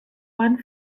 one